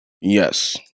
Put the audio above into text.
Yes